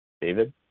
david